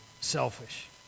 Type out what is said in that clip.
selfish